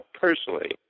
personally